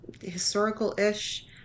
historical-ish